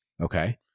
okay